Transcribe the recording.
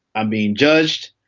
i'm being judged.